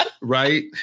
Right